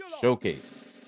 Showcase